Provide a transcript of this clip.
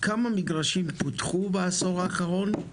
בערוער שיווקנו כ-800 מגרשים בשנים האחרונות.